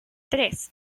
tres